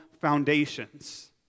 foundations